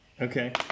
Okay